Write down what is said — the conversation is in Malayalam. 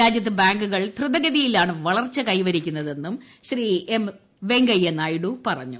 രാജ്യത്ത് ബാങ്കുകൾ ധ്രുതഗതിയിലാണ് വളർച്ച കൈവരിക്കുന്നതെന്നും ശ്രീ എം വെങ്കയ്യനായിഡു പറഞ്ഞു